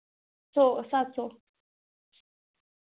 सौ सत्त सौ